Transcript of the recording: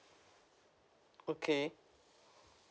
okay